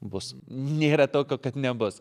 bus nėra tokio kad nebus